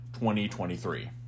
2023